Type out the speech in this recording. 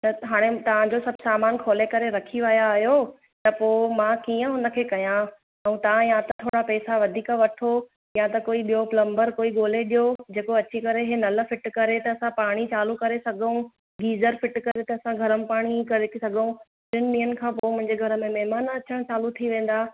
त हाणे तव्हां जो सभु सामानु खोले करे रखी विया आहियो त पोइ मां कीअं हुनखे कयां ऐं तव्हां या त थोरा पैसा वधीक वठो या त कोई ॿियो प्लंबर कोई ॻोल्हे ॾियो जेको अची करे हीउ नल फ़िट करे त असां पाणी चालू करे सघूं गीज़र फिट करे त असां गरमु पाणी करे सघूं टिनि ॾींहनि खां पोइ मुंहिंजे घर में महिमान अचणु चालू थी वेंदा